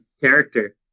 character